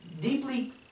deeply